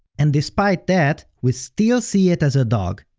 and despite that, we still see it as a dog.